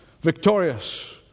victorious